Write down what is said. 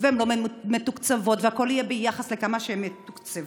והן לא מתוקצבות והכול יהיה ביחס לכמה שהן יתוקצבו,